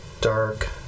Dark